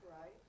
Right